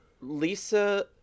Lisa